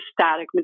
static